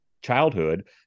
childhood